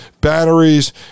batteries